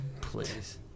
Please